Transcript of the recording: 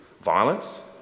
violence